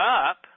up